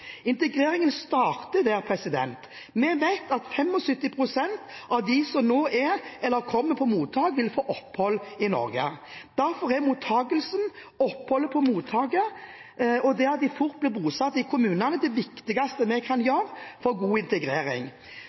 Integreringen starter der. Vi vet at 75 pst. av dem som nå er på eller kommer på mottak, vil få opphold i Norge. Derfor er mottakelsen, oppholdet på mottaket og det at de fort blir bosatt i kommunene, det viktigste vi kan gjøre for god integrering,